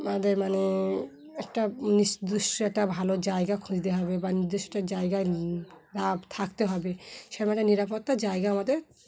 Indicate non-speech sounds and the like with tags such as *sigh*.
আমাদের মানে একটা *unintelligible* একটা ভালো জায়গা খুঁজতে হবে বা নির্দিষ্ট একটা জায়গায় থাকতে হবে সেরম একটা নিরাপত্তা জায়গা আমাদের